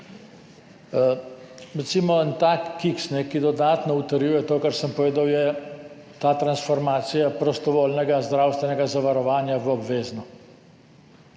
Recimo, en tak kiks, ki dodatno utrjuje to, kar sem povedal, je ta transformacija prostovoljnega zdravstvenega zavarovanja v obvezno.